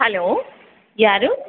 hello ಯಾರು